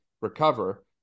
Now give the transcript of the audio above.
recover